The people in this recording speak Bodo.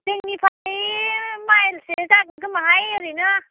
जोंनिफाय माइलसे जागोन खोमाहाय ओरैनो